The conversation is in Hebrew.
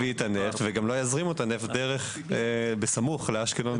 את הנפט ולא יזרימו את הנפט בסמוך לאשקלון.